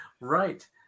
Right